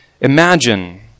Imagine